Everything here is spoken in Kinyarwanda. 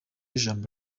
ijambo